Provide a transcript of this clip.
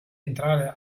entrare